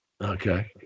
Okay